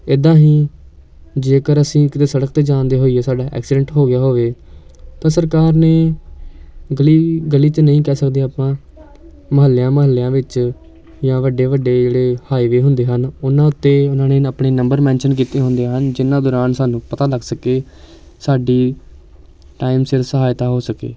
ਇੱਦਾਂ ਹੀ ਜੇਕਰ ਅਸੀਂ ਕਿਤੇ ਸੜਕ 'ਤੇ ਜਾਂਦੇ ਹੋਈਏ ਸਾਡਾ ਐਕਸੀਡੈਂਟ ਹੋ ਗਿਆ ਹੋਵੇ ਤਾਂ ਸਰਕਾਰ ਨੇ ਗਲੀ ਗਲੀ 'ਚ ਨਹੀਂ ਕਹਿ ਸਕਦੇ ਆਪਾਂ ਮੁਹੱਲਿਆ ਮੁਹੱਲਿਆਂ ਵਿੱਚ ਜਾਂ ਵੱਡੇ ਵੱਡੇ ਜਿਹੜੇ ਹਾਈਵੇ ਹੁੰਦੇ ਹਨ ਉਹਨਾਂ ਉੱਤੇ ਉਹਨਾਂ ਨੇ ਆਪਣੇ ਨੰਬਰ ਮੈਨਸ਼ਨ ਕੀਤੇ ਹੁੰਦੇ ਹਨ ਜਿੰਨਾਂ ਦੌਰਾਨ ਸਾਨੂੰ ਪਤਾ ਲੱਗ ਸਕੇ ਸਾਡੀ ਟਾਈਮ ਸਿਰ ਸਹਾਇਤਾ ਹੋ ਸਕੇ